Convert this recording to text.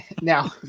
Now